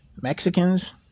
Mexicans